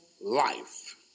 life